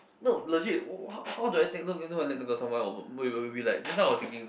no legit wh~ wh~ how how do I think let go of someone will be like just now I was thinking it's like